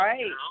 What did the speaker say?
Right